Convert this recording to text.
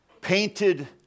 painted